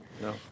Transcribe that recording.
No